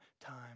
time